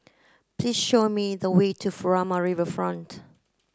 please show me the way to Furama